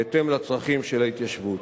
בהתאם לצרכים של ההתיישבות.